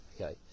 Okay